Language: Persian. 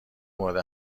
مورد